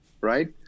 right